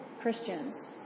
Christians